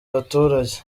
abaturage